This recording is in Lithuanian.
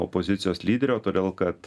opozicijos lyderio todėl kad